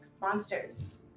monsters